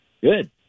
Good